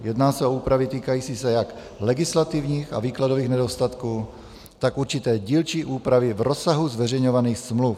Jedná se o úpravy týkající se jak legislativních a výkladových nedostatků, tak určité dílčí úpravy v rozsahu zveřejňovaných smluv.